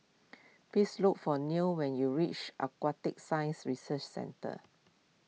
please look for Neil when you reach Aquatic Science Research Centre